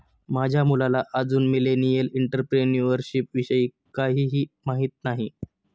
माझ्या मुलाला अजून मिलेनियल एंटरप्रेन्युअरशिप विषयी काहीही माहित नाही